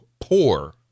poor